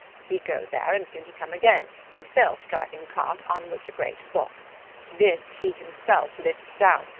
he go there and soon he come again, himself driving cart on which a great box this he himself lift down,